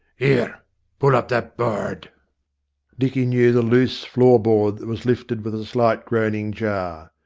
ere a pull up that board dicky knew the loose floor-board that was lifted with a slight groaning jar.